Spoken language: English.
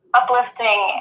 uplifting